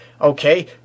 Okay